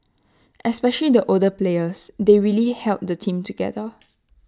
especially the older players they really held the team together